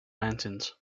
mountains